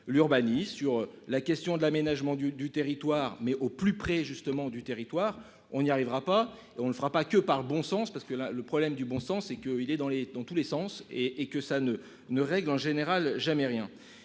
l'urbanisme, sur la question de l'aménagement du du territoire mais au plus près justement du territoire. On n'y arrivera pas, on ne fera pas que par bon sens parce que là, le problème du bon sens et que il est dans les, dans tous les sens et et que ça ne, ne règle en général jamais rien